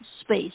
space